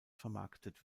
vermarktet